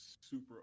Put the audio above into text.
super